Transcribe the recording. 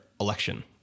election